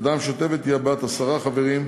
הוועדה המשותפת תהיה בת עשרה חברים,